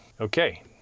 okay